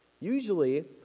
Usually